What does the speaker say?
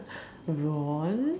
Ron